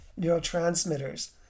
neurotransmitters